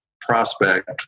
prospect